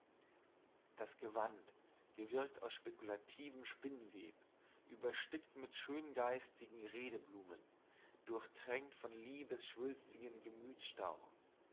das gewand gewirkt aus spekulativem spinnweb überstickt mit schöngeistigen redeblumen durchtränkt von liebesschwülem